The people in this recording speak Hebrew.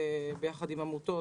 ביחד עם עמותות,